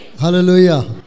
Hallelujah